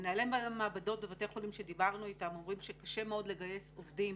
מנהלי מעבדות בבתי חולים שדיברנו איתם אומרים שקשה מאוד לגייס עובדים